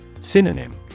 Synonym